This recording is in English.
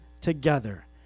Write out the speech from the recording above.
together